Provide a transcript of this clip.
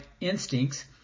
instincts